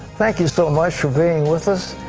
thank you so much for being with us.